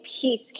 peace